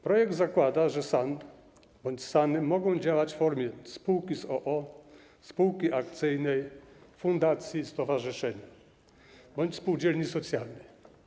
Projekt zakłada, że SAN-y mogą działać w formie spółki z o.o., spółki akcyjnej, fundacji, stowarzyszenia bądź spółdzielni socjalnej.